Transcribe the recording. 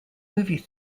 movie